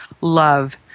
love